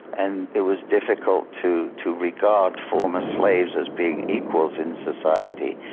and it was difficult to to regard former slaves as being equals in society.